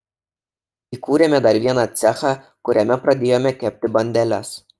įkūrėme dar vieną cechą kuriame pradėjome kepti bandeles